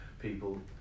people